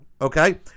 Okay